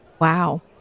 Wow